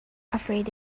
afraid